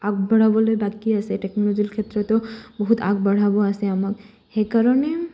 আগবঢ়াবলৈ বাকী আছে টেকন'ল'জিৰ ক্ষেত্ৰতো বহুত আগবঢ়াব আছে আমাক সেইকাৰণে